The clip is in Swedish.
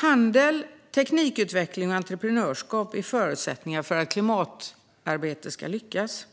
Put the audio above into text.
Handel, teknikutveckling och entreprenörskap är förutsättningar för att klimatarbetet ska lyckas.